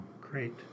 Great